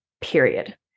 period